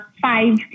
five